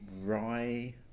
rye